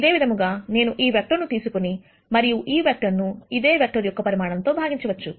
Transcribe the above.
ఇదేవిధంగా నేను ఈ వెక్టర్ ను తీసుకుని మరియు ఈ వెక్టర్ ను ఇదే వెక్టర్ యొక్క పరిమాణంతో భాగించవచ్చు